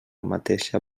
mateixa